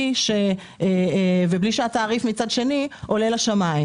ובלי שהתעריף עולה לשמים.